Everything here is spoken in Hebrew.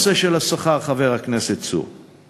כלומר, חבר הכנסת דוד צור, חבר הכנסת דוד צור,